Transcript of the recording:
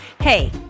Hey